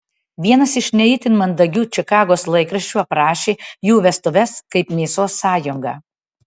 vienas iš ne itin mandagių čikagos laikraščių aprašė jų vestuves kaip mėsos sąjungą